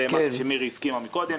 זה משהו שמירי הסכימה מקודם.